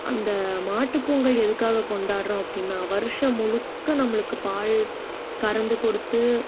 அந்த மாட்டுப்பொங்கல் எதுக்காக கொண்டாடுறோம் அப்படின்னா வருஷம் முழுக்க நம்மளுக்கு பால் கறந்து கொடுத்து